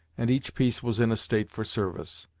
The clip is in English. and each piece was in a state for service.